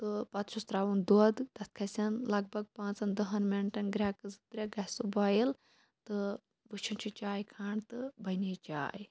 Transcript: تہٕ پَتہٕ چھُس ترٛاوُن دۄدھ تَتھ کھژیٚن لَگ بھگ پانٛژَن دَہن مِنٹَن گرٛیٚکہٕ زٕ ترٛےٚ گژھہِ سُہ بۄایِل تہٕ وُچھُن چھُ چایہِ کھنٛڈ تہٕ بَنے چاے